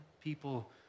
people